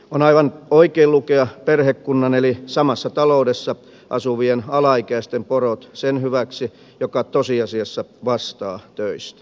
on aivan oikein lukea perhekunnan eli samassa taloudessa asuvien alaikäisten porot sen hyväksi joka tosiasiassa vastaa töistä